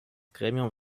gremium